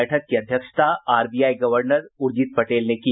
बैठक की अध्यक्षता आरबीआई गवर्नर उर्जित पटेल ने की